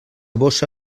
bossa